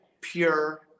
pure